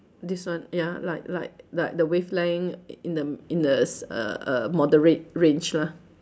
this one ya like like like the wavelength in the in the s~ err err moderate range lah